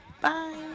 Bye